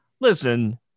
Listen